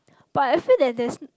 but I feel that there's